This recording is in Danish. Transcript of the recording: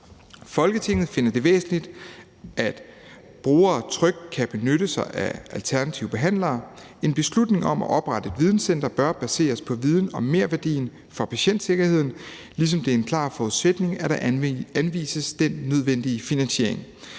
»Folketinget finder det væsentligt, at brugere trygt kan benytte sig af alternative behandlere. En beslutning om at oprette et videncenter bør baseres på viden om merværdien for patientsikkerheden, ligesom det er en klar forudsætning, at der anvises den nødvendige finansiering.